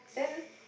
then